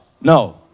no